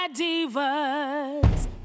divas